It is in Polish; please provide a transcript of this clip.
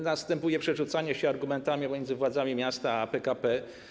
Następuje przerzucanie się argumentami między władzami miasta a PKP.